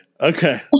Okay